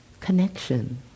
connection